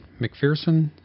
McPherson